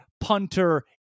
punter